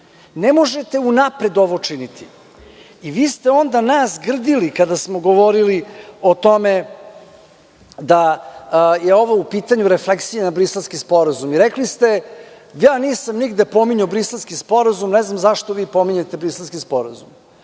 ne možete unapred ovo činiti. Nas ste onda grdili kada ste govorili o tome da je u pitanju refleksija na Briselski sporazum i rekli ste – nisam nigde spominjao Briselski sporazum, ne znam zašto pominjete Briselski sporazum.